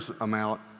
amount